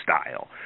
style